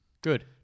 Good